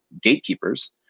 gatekeepers